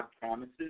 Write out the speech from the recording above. promises